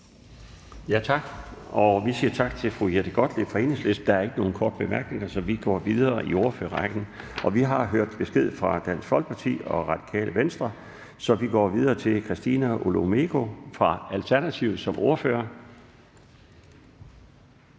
Laustsen): Vi siger tak til fru Jette Gottlieb fra Enhedslisten. Der er ikke nogen korte bemærkninger, så vi går videre i ordførerrækken. Vi har fået besked fra Dansk Folkeparti og Radikale Venstre, så vi går videre til fru Christina Olumeko som ordfører